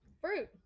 fruit